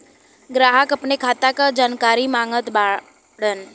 ग्राहक अपने खाते का जानकारी मागत बाणन?